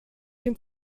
den